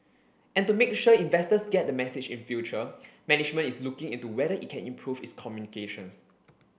and to make sure investors get the message in future management is looking into whether it can improve its communications